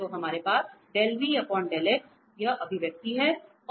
तो हमारे पास यह अभिव्यक्ति है